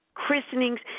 christenings